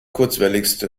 kurzwelligste